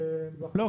לא,